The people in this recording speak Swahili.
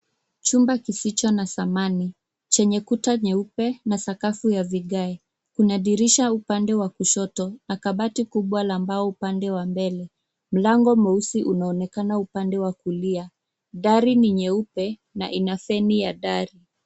Chumba kificho na samani chenye kuta nyeupe na sakafu ya vigae. Kuna dirisha upande wa kushoto na kabati kubwa la mbao upande wa mbele. Mlango mweusi unaonekana upande wa kulia. Dari ni nyeupe na ina feni ya dari.